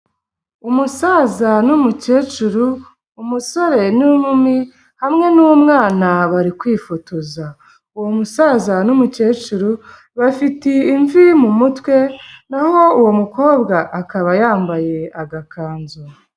Umusaza n'umukecuru, umusore n'inkumi hamwe n'umwana bari kwifotoza, uwo musaza n'umukecuru bafite imvi mu mutwe naho uwo mukobwa akaba yambaye agakanzu.